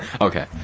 Okay